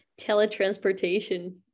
teletransportation